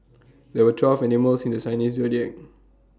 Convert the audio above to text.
there are twelve animals in the Chinese Zodiac